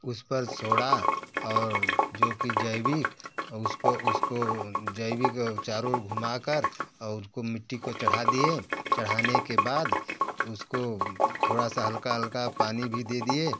उस पर सोड़ा और जो कि जैविक और उसको उसको जैविक चारों ओर घुमा कर और उसको मिट्टी को चढ़ा दिए चढ़ाने के बाद उसको थोड़ा सा हल्का हल्का पानी भी दे दिए